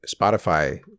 Spotify